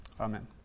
Amen